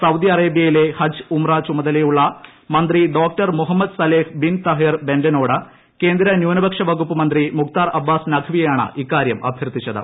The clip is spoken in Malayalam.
സൌദി അറേബൃയിലെ ഹജ്ജ് ഉംറ ചുമതലയുള്ള മന്ത്രി doctor Muhammad Saleh bin Taher ബെന്റനോട് കേന്ദ്ര ന്യൂനപക്ഷ വകുപ്പ് മന്ത്രി മുഖ്താർ അബ്ബാസ് നഖ്വിയാണ് ഇക്കാര്യം അഭ്യർത്ഥിച്ചത്